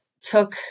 took